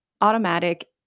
Automatic